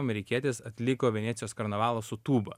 amerikietis atliko venecijos karnavalą su tūba